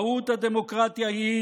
מהות הדמוקרטיה היא